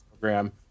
program